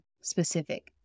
specific